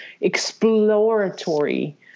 exploratory